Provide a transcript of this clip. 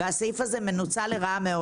הסעיף הזה מנוצל מאוד לרעה.